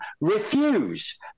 refuse